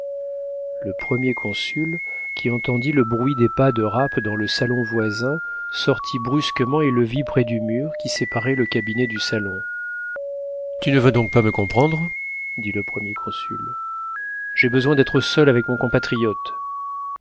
le premier consul qui entendit le bruit des pas de rapp dans le salon voisin sortit brusquement et le vit près du mur qui séparait le cabinet du salon tu ne veux donc pas me comprendre dit le premier consul j'ai besoin d'être seul avec mon compatriote